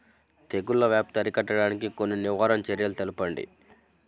తెగుళ్ల వ్యాప్తి అరికట్టడానికి కొన్ని నివారణ చర్యలు తెలుపండి?